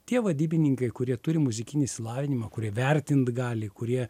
tie vadybininkai kurie turi muzikinį išsilavinimą kurie vertint gali kurie